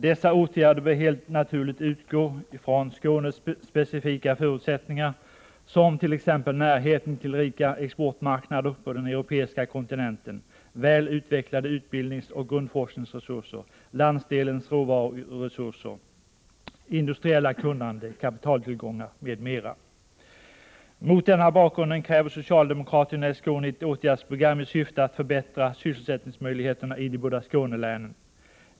Dessa åtgärder bör helt naturligt utgå från Skånes specifika förutsättningar som t.ex. närheten till rika exportmarknader på den europeiska kontinen "ten, väl utvecklade utbildningsoch grundforskningsresurser, landsdelens råvaruresurser, industriella kunnande, kapitaltillgångar m.m. Mot denna bakgrund kräver socialdemokraterna i Skåne ett åtgärdsprogram i syfte att förbättra sysselsättningsmöjligheterna i de båda Skånelänen.